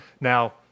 Now